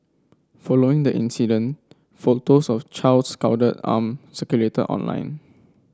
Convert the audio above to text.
following the incident photos of the child's scalded arm circulated online